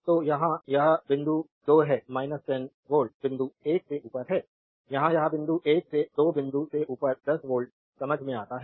तो यहाँ यह बिंदु 2 है 10 वोल्ट बिंदु 1 से ऊपर है यहाँ यह बिंदु 1 है 2 बिंदु से ऊपर 10 वोल्ट समझ में आता है